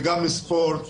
גם ספורט,